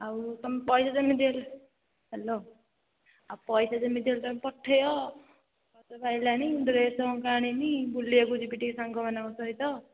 ଆଉ ତୁମେ ପଇସା ଯେମିତି ହେଲେ ହ୍ୟାଲୋ ଆଉ ପଇସା ଯେମିତି ହେଲେ ତୁମେ ପଠାଇବ ସରିଲାଣି ଡ୍ରେସ୍ ମୋଟେ ଆଣିନି ବୁଲିବାକୁ ଯିବି ଟିକେ ସାଙ୍ଗମାନଙ୍କ ସହିତ